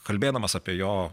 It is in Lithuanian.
kalbėdamas apie jo